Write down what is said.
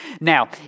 Now